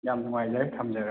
ꯌꯥꯝꯅ ꯅꯨꯡꯉꯥꯏꯖꯔꯦ ꯊꯝꯖꯔꯦ